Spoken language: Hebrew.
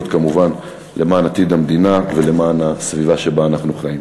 וזאת כמובן למען עתיד המדינה ולמען הסביבה שבה אנו חיים.